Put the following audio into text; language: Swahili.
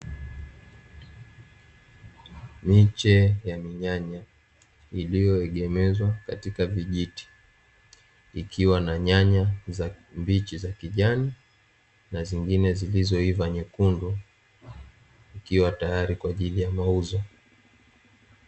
Miche ya minyanya iliyoegemezwa katika vijiti; ikiwa na nyanya mbichi za kijani na zingine zilizoiva nyekundu, zikiwa tayari kwa ajili ya mauzo.